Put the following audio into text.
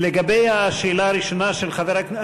לגבי השאלה הראשונה של חבר הכנסת,